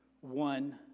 One